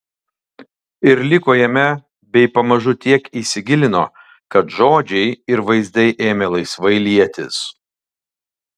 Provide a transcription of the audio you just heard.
ir liko jame bei pamažu tiek įsigilino kad žodžiai ir vaizdai ėmė laisvai lietis